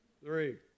three